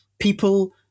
People